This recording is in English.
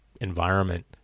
environment